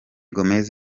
gomez